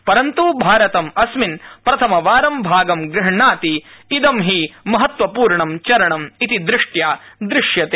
परन्त् भारतम अस्मिन प्रथमवार भागं गृहणाति इदं महत्त्वपूर्ण चरणम इति ृष्ट्या ृष्यते